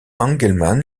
engelmann